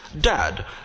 Dad